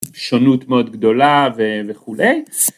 שונות מאוד גדולה וכולי.